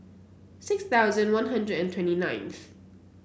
six thousand One Hundred and twenty ninth